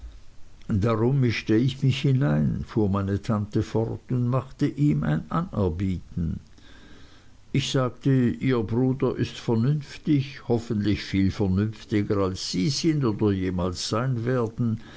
darum mischte ich mich hinein fuhr meine tante fort und machte ihm ein anerbieten ich sagte ihr bruder ist vernünftig hoffentlich viel vernünftiger als sie sind oder jemals sein werden